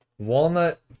Walnut